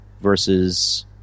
versus